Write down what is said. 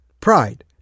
Pride